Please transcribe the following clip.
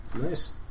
Nice